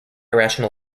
rational